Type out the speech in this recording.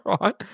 right